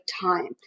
time